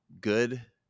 good